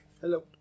Hello